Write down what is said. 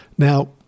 Now